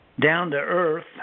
down-to-earth